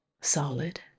solid